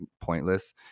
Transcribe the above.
pointless